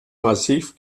massiv